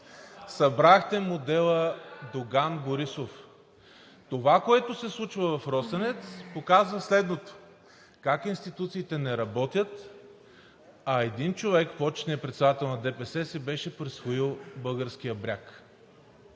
събрахте модела Доган – Борисов. Това, което се случва в „Росенец“, показва следното: как институциите не работят, а един човек – почетният председател на ДПС, си беше присвоил българския бряг.